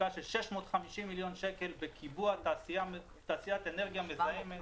השקעה של 650 מיליון שקל וקיבוע תעשיית אנרגיה מזהמת.